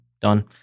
done